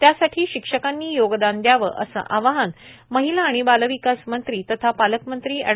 त्यासाठी शिक्षकांनी योगदान द्यावे असे आवाहन महिला व बालविकास मंत्री तथा पालकमंत्री एड